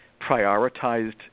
prioritized